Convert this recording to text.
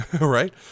Right